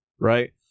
right